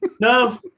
No